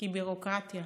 בגלל הביורוקרטיה,